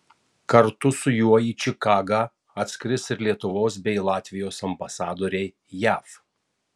kartu su juo į čikagą atskris ir lietuvos bei latvijos ambasadoriai jav